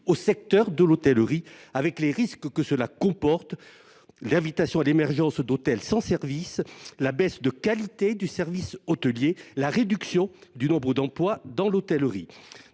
au secteur de l’hôtellerie, avec les risques que cela comporte – invitation au développement d’hôtels sans services, baisse de qualité du service hôtelier, réduction du nombre d’emplois dans l’hôtellerie…